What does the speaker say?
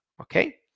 okay